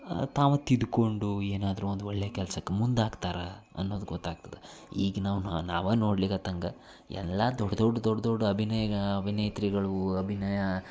ತಾವೇ ತಿದ್ದಿಕೊಂಡು ಏನಾದರೂ ಒಂದು ಒಳ್ಳೆಯ ಕೆಲ್ಸಕ್ಕೆ ಮುಂದಾಗ್ತಾರೆ ಅನ್ನೋದು ಗೊತ್ತಾಗ್ತದೆ ಈಗಿನವ್ನು ನಾವು ನೋಡ್ಲಿಕ್ಕತ್ತಂಗ ಎಲ್ಲ ದೊಡ್ಡ ದೊಡ್ಡ ದೊಡ್ಡ ದೊಡ್ಡ ಅಭಿನಯ ಅಭಿನೇತ್ರಿಗಳು ಅಭಿನಯ